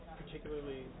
particularly